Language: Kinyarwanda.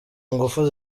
ngufu